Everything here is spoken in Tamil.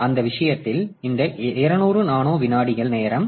எனவே அந்த விஷயத்தில் இந்த 200 நானோ விநாடி நேரம்